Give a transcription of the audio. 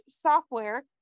Software